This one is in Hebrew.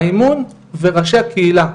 האמון וראשי הקהילה,